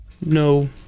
No